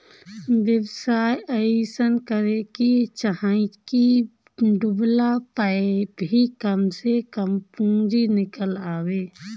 व्यवसाय अइसन करे के चाही की डूबला पअ भी कम से कम पूंजी निकल आवे